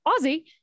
Aussie